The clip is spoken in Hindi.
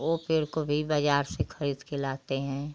वो पेड़ को भी बाज़ार से खरीद कर लाते हैं